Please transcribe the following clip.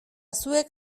zuek